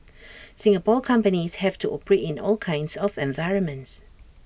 Singapore companies have to operate in all kinds of environments